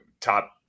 top